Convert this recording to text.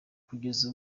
kugeza